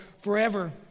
forever